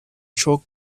chalk